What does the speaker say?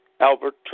Albert